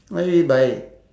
I mean by